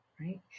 right